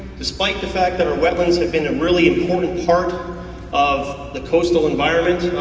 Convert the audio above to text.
despite the fact that our weapons have been a really important part of the coastal environment.